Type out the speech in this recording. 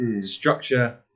structure